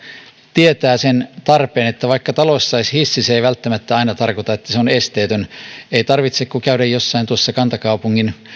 tietää sen tarpeen että vaikka talossa olisi hissi se ei välttämättä aina tarkoita että se on esteetön ei tarvitse kuin käydä jossain noissa kantakaupungin